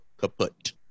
kaput